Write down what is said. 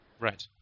right